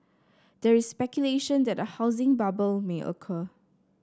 there is speculation that a housing bubble may occur